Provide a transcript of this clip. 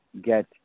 get